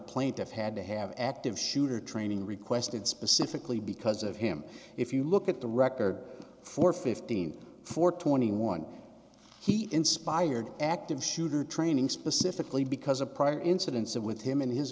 plaintiff had to have an active shooter training requested specifically because of him if you look at the record for fifteen for twenty one he inspired active shooter training specifically because of prior incidents and with him and his